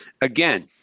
again